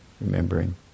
remembering